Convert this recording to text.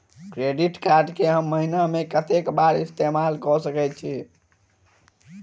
Credit card कऽ हम महीना मे कत्तेक बेर इस्तेमाल कऽ सकय छी?